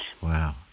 Wow